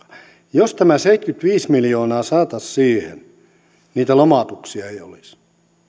jos tämä seitsemänkymmentäviisi miljoonaa saataisiin siihen niitä lomautuksia ei olisi